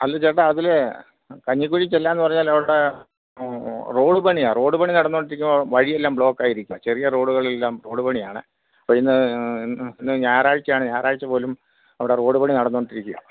അല്ല ചേട്ടാ അതിൽ കഞ്ഞിക്കുഴി ചെല്ലാമെന്ന് പറഞ്ഞാൽ അവിടെ റോഡ് പണിയാ റോഡ് പണി നടന്നുകൊണ്ടിരിക്കുകയാ വഴിയെല്ലാം ബ്ലോക്ക് ആയിരിക്ക ചെറിയ റോഡുകളെല്ലാം റോഡ് പണിയാണ് അപ്പം ഇന്ന് ഇന്ന് ഇന്ന് ഞായറാഴ്ചയാണ് ഞായറാഴ്ച പോലും അവിടെ റോഡ് പണി നടന്നുകൊണ്ടിരിക്കുകയാ